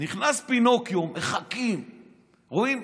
ממשיכים, רואים: